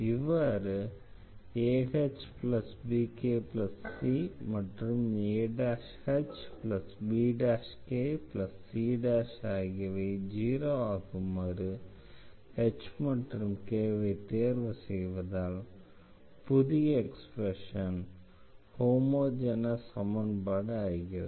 இவ்வாறு ahbkc மற்றும் ahbkc ஆகியவை 0 ஆகுமாறு h மற்றும் k ஐ தேர்வு செய்வதால் புதிய எக்ஸ்பிரஷன் ஹோமோஜெனஸ் சமன்பாடு ஆகிறது